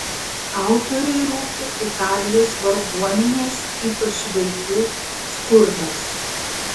autoriui rūpi italijos varguomenės ypač vaikų skurdas